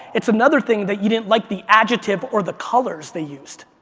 it's another thing that you didn't like the adjective or the colors they used.